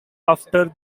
after